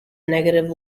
negative